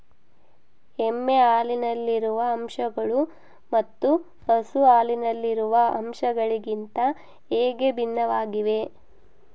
ಎಮ್ಮೆ ಹಾಲಿನಲ್ಲಿರುವ ಅಂಶಗಳು ಮತ್ತು ಹಸು ಹಾಲಿನಲ್ಲಿರುವ ಅಂಶಗಳಿಗಿಂತ ಹೇಗೆ ಭಿನ್ನವಾಗಿವೆ?